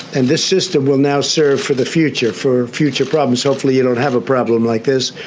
and this system will now serve for the future for future problems. hopefully you don't have a problem like this,